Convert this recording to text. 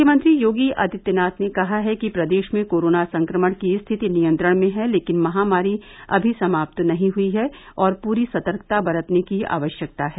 मुख्यमंत्री योगी आदित्यनाथ ने कहा है कि प्रदेश में कोरोना संक्रमण की स्थिति नियंत्रण में है लेकिन महामारी अभी समाप्त नहीं हुई है और पूरी सतर्कता बरतने की आवश्यकता है